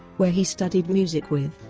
where he studied music with,